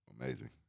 Amazing